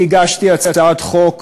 אני הגשתי הצעת חוק